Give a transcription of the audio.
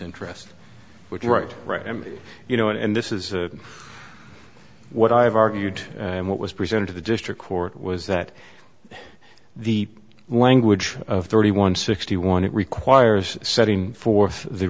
interest which right right i mean you know and this is what i've argued and what was presented to the district court was that the language of thirty one sixty one it requires setting forth the